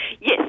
Yes